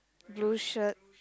blue shirt